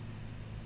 oh